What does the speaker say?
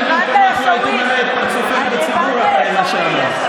אני במקומך לא הייתי מראה את פרצופך בציבור אחרי מה שאמרת.